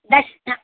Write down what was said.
दश्ना